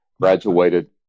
graduated